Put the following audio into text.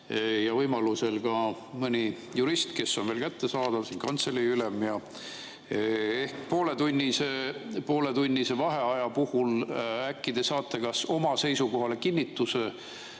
ja võimalusel ka mõni jurist, kes on veel kättesaadav siin, kantseleiülem ja … Ehk pooletunnise vaheaja jooksul te saate kas oma seisukohale kinnituse